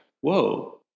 whoa